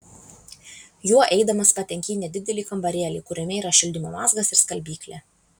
juo eidamas patenki į nedidelį kambarėlį kuriame yra šildymo mazgas ir skalbyklė